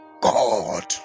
God